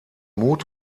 mut